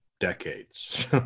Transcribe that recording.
decades